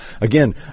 Again